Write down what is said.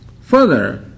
Further